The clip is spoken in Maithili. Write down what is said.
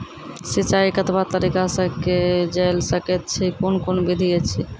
सिंचाई कतवा तरीका सअ के जेल सकैत छी, कून कून विधि ऐछि?